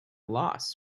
loss